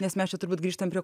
nes mes čia turbūt grįžtam prie